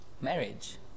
marriage